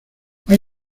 hay